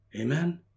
Amen